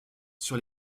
sur